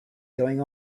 going